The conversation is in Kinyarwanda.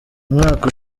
umwaka